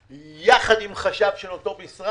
לכן את לא יכולה לומר שהחוק עצר בתוכניות.